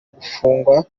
gufungwa